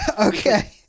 Okay